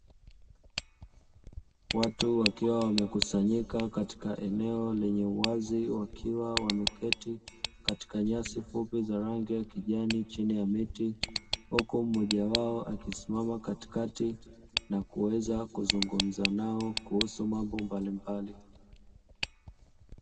Watu wakiwa wamekusanyika katika eneo lenye uwazi wakiwa wameketi katika nyasi fupi za rangi ya kijani chini ya miti, huku mmoja wao akisimama katikati na kuweza kuzungumza nao kuhusu mambo mbalimbali.